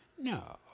No